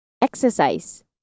Exercise